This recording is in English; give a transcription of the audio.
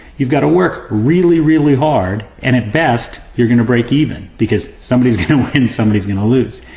you've gotta work really, really hard, and at best, you're gonna break even. because somebody's gonna win, somebody's gonna lose.